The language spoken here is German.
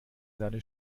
seine